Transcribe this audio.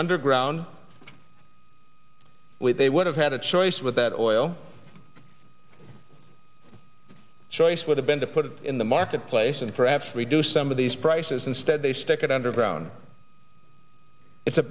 underground with they would have had a choice with that oil choice would have been to put it in the marketplace and perhaps reduce some of these prices instead they stick it underground it's a